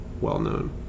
well-known